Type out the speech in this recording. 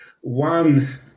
One